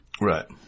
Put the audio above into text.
Right